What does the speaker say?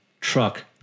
truck